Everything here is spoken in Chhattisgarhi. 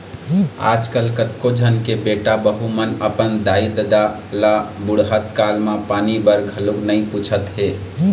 आजकल कतको झन के बेटा बहू मन अपन दाई ददा ल बुड़हत काल म पानी बर घलोक नइ पूछत हे